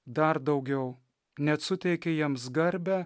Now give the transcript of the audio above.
dar daugiau net suteikia jiems garbę